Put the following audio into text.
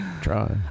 Try